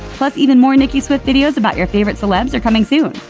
plus, even more nicki swift videos about your favorite celebs are coming soon.